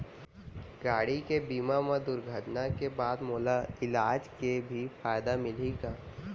गाड़ी के बीमा मा दुर्घटना के बाद मोला इलाज के भी फायदा मिलही का?